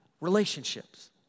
Relationships